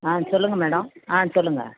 ஆ சொல்லுங்கள் மேடம் ஆ சொல்லுங்கள்